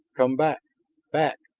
come back back!